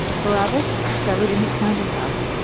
barabas discovered in his counting-house,